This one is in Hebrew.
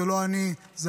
זה לא אני, זה